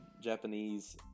Japanese